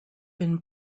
been